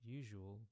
usual